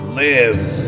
lives